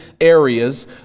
areas